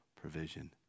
provision